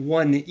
one